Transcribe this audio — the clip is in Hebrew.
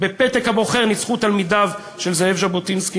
בפתק הבוחר ניצחו תלמידיו של זאב ז'בוטינסקי,